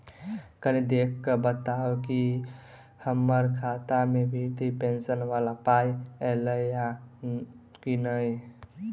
कनि देख कऽ बताऊ न की हम्मर खाता मे वृद्धा पेंशन वला पाई ऐलई आ की नहि?